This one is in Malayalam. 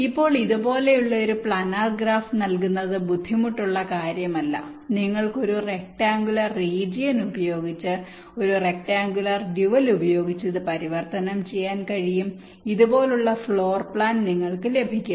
ഇപ്പോൾ ഇതുപോലുള്ള ഒരു പ്ലാനർ ഗ്രാഫ് നൽകുന്നത് ബുദ്ധിമുട്ടുള്ള കാര്യമല്ല നിങ്ങൾക്ക് ഒരു റെക്ടാങ്കുലർ റീജിയൻ ഉപയോഗിച്ച് ഒരു റെക്ടാങ്കുലർ ഡ്യുവൽ ഉപയോഗിച്ച് ഇത് പരിവർത്തനം ചെയ്യാൻ കഴിയും ഇതുപോലുള്ള ഫ്ലോർ പ്ലാൻ നിങ്ങൾക്ക് ലഭിക്കും